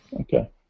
Okay